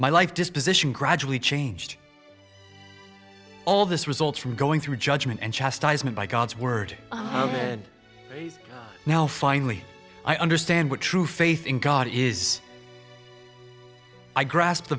my life disposition gradually changed all this results from going through judgment and chastisement by god's word and now finally i understand what true faith in god is i grasp the